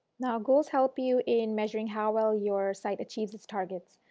now goals help you in measuring how well your site achieves its targets.